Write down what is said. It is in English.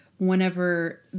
Whenever